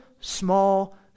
small